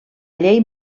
llei